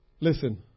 Listen